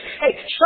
Hey